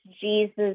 Jesus